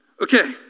Okay